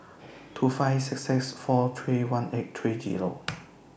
two five six six four three one eight three Zero